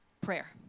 prayer